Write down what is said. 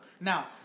Now